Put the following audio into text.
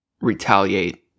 retaliate